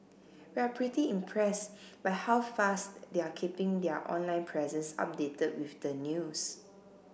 we're pretty impressed by how fast they're keeping their online presence updated with the news